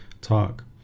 talk